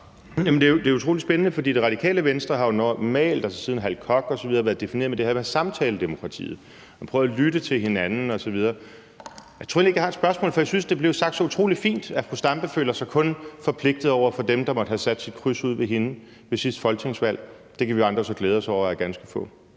Det er utrolig spændende, for Radikale Venstre har jo normalt, altså siden Hal Koch osv., været defineret af det her med samtaledemokratiet og at prøve at lytte til hinanden osv. Jeg tror egentlig ikke, at jeg har et spørgsmål, for jeg synes, det blev sagt så utrolig fint, altså at fru Zenia Stampe kun føler sig forpligtet over for dem, der måtte have sat deres kryds ud for hende ved sidste folketingsvalg. Det kan vi andre så glæde os over er ganske få.